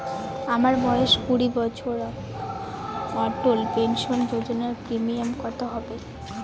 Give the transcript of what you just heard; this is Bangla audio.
আমার বয়স কুড়ি বছর অটল পেনসন যোজনার প্রিমিয়াম কত হবে?